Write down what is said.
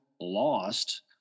lost